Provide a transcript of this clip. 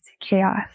chaos